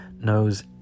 knows